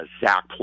Zach